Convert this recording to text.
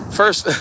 first